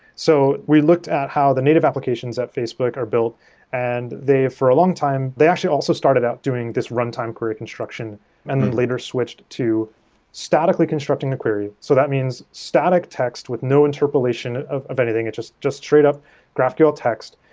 so we looked at how the native application at facebook are built and they, for a long time they actually also started out doing this runtime query construction and later switched to statically constructing a query. so that means static text with no interpolation interpolation of anything. it's just just straight up graphql text,